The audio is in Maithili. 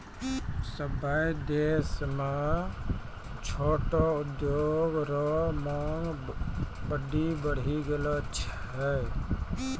सभ्भे देश म छोटो उद्योग रो मांग बड्डी बढ़ी गेलो छै